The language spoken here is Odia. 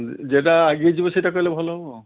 ଯେଟା ଆଗେଇ ଯିବେ ସେଇଟା କଲେ ଭଲ ହବ ଆଉ